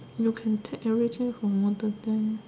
you can take everything from modern day